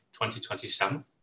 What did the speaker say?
2027